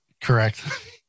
correct